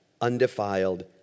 undefiled